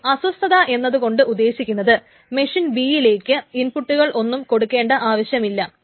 ഇവിടെ അസ്വസ്തത എന്നതുകൊണ്ട് ഉദ്ദേശിക്കുന്നത് മെഷീൻ B യിലേക്ക് ഇൻപുട്ട്കൾ ഒന്നും കൊടുക്കേണ്ട ആവശ്യമില്ല